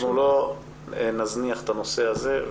אנחנו לא נזניח את הנושא הזה.